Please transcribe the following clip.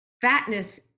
fatness